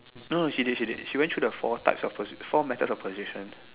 no she did she did she went through the four type of four methods of position